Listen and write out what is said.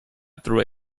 through